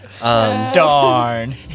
darn